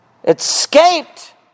escaped